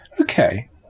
Okay